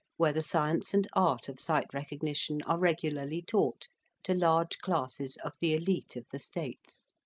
where the science and art of sight recognition are regularly taught to large classes of the elite of the states.